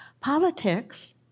Politics